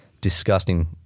disgusting